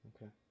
Okay